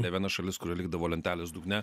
ne viena šalis kuri likdavo lentelės dugne